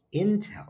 Intel